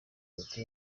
leta